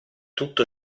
tutto